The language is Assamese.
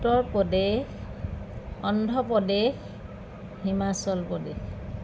উত্তৰপ্ৰদেশ অন্ধ্ৰপ্ৰদেশ হিমাচল প্ৰদেশ